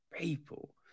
people